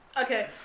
Okay